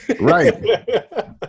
Right